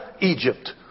Egypt